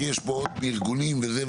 כי יש פה עוד ארגונים וזה,